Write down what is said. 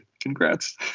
Congrats